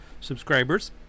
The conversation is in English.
subscribers